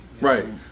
Right